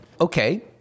Okay